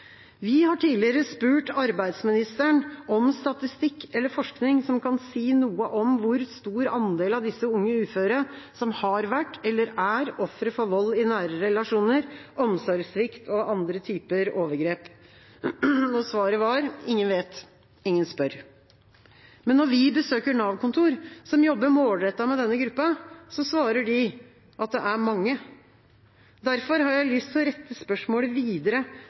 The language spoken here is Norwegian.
Vi har tidligere spurt arbeidsministeren om statistikk eller forskning som kan si noe om hvor stor andel av disse unge uføre som har vært eller er ofre for vold i nære relasjoner, omsorgssvikt og andre typer overgrep. Og svaret var: Ingen vet, ingen spør. Men når vi besøker Nav-kontor som jobber målrettet med denne gruppa, svarer de at det er mange. Derfor har jeg lyst til å rette spørsmålet videre